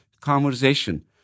conversation